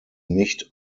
nicht